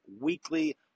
weekly